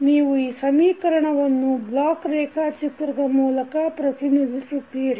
ನೀವು ಈ ಸಮೀಕರಣವನ್ನು ಬ್ಲಾಕ್ ರೇಖಾಚಿತ್ರದ ಮೂಲಕ ಪ್ರತಿನಿಧಿಸುತ್ತೀರಿ